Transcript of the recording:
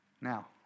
Now